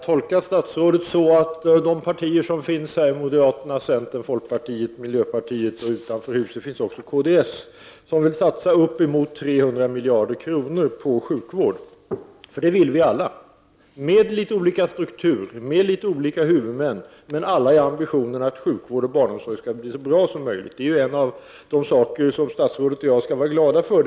Herr talman! De partier som finns här, moderaterna, centern, folkpartiet, miljöpartiet och även kds, som finns utanför riksdagen, vill satsa uppemot 300 miljarder kronor på sjukvård. Det vill vi alla med litet olika struktur och huvudmän, men alla har ambitionen att sjukvård och barnomsorg skall bli så bra som möjligt. Det är ju något som statsrådet och jag kan vara glada över.